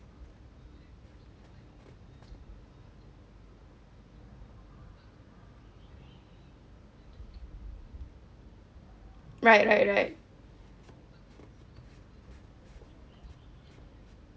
right right right